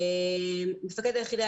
נכון.